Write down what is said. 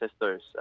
Sisters